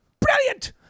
Brilliant